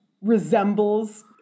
resembles